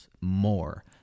more